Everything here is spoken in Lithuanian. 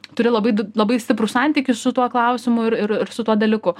turi labai labai stiprų santykį su tuo klausimu ir ir ir su tuo dalyku